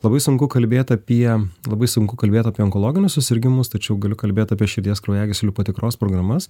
labai sunku kalbėt apie labai sunku kalbėt apie onkologinius susirgimus tačiau galiu kalbėt apie širdies kraujagyslių patikros programas